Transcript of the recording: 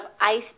iced